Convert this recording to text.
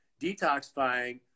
detoxifying